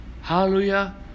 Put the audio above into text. Hallelujah